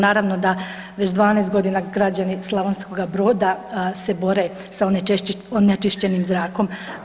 Naravno da već 12.g. građani Slavonskoga Broda se bore sa onečišćenim zrakom.